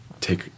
take